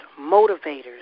motivators